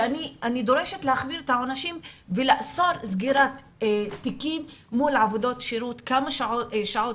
ואני דורשת להחמיר את העונשים ולאסור סגירת תיקים מול כמה שעות